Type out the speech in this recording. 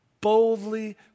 boldly